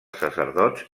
sacerdots